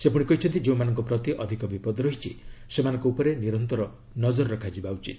ସେ କହିଛନ୍ତି ଯେଉଁମାନଙ୍କ ପ୍ରତି ଅଧିକ ବିପଦ ରହିଛି ସେମାନଙ୍କ ଉପରେ ନିରନ୍ତର ନଳର ରଖାଯିବା ଉଚିତ